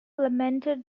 lamented